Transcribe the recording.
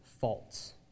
false